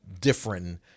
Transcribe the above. different